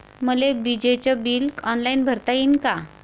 मले विजेच bill online भरता येईन का?